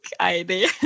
idea